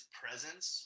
presence